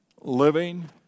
living